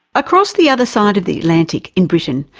across the other side of the atlantic in britain,